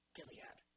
Gilead